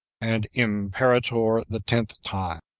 and imperator the tenth time,